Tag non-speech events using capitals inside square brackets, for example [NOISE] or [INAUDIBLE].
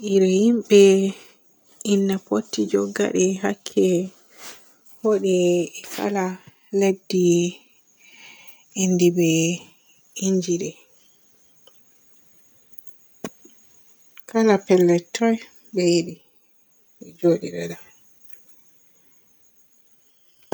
[NOISE] Iri himɓe inna potti jooga be hakke woodi kala leddi indi be ingide. [HESITATION] Kala pellel toy be yiɗi be joodidada.